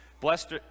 Blessed